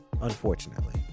unfortunately